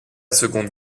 seconde